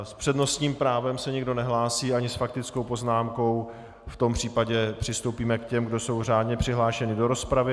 S přednostním právem se nikdo nehlásí, ani s faktickou poznámkou, v tom případě přistoupíme k těm, kdo jsou řádně přihlášeni do rozpravy.